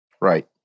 Right